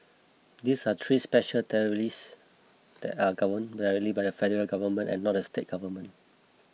these are three special territories that are governed directly by the Federal Government and not the state government